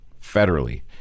federally